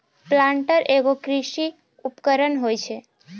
planter एगो कृषि उपकरण होय छै